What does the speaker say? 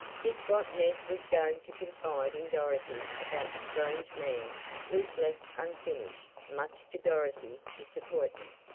just what ned was going to confide in dorothy about the strange man was left unfinished much to dorothy's disappointment,